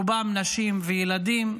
רובם נשים וילדים,